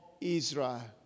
Israel